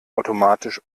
automatisch